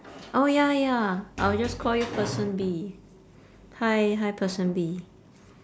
oh ya ya I'll just call you person B hi hi person B